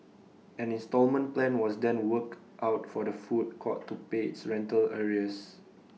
an instalment plan was then worked out for the food court to pay its rental arrears